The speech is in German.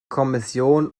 kommission